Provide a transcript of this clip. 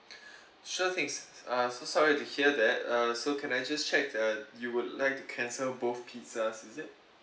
sure things uh so sorry to hear that uh so can I just check uh you would like to cancel both pizzas is it